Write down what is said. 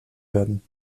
werden